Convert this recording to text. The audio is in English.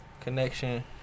connection